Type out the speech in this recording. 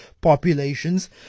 populations